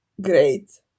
great